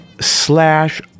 slash